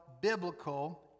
biblical